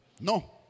no